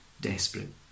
desperate